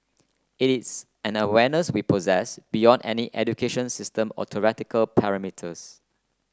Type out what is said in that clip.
it is an awareness we possess beyond any education system or theoretical perimeters